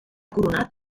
coronat